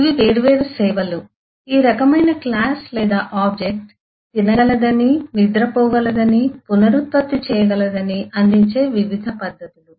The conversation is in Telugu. ఇవి వేర్వేరు సేవలు ఈ రకమైన క్లాస్ లేదా ఆబ్జెక్ట్ తినగలదని నిద్రపోగలదని పునరుత్పత్తి చేయగలదని అందించే వివిధ పద్ధతులు